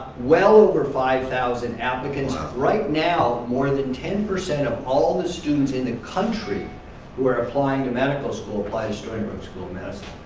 well over five thousand applicants, ah right now more than ten percent of all the students in the country who are applying to medical school apply to stony brook school of medicine.